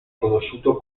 conosciuto